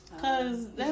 Cause